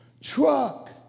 truck